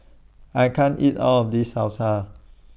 I can't eat All of This Salsa